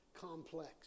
complex